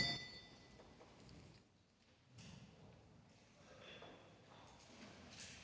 Tak